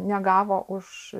negavo už